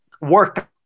work